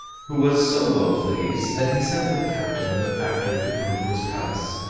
who was so well pleased that he sent for the captain and the factor to come to his palace,